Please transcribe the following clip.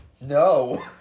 No